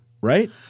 Right